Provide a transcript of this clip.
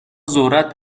ذرت